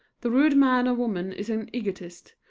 the rude man or woman is an egotist,